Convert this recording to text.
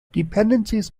dependencies